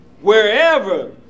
wherever